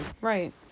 Right